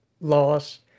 loss